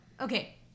okay